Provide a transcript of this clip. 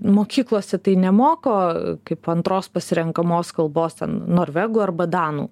mokyklose nemoko kaip antros pasirenkamos kalbos ten norvegų arba danų